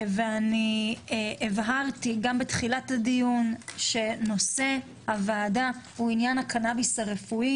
ואני הבהרתי גם בתחילת הדיון שנושא הוועדה הוא עניין הקנאביס הרפואי.